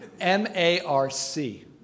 M-A-R-C